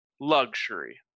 luxury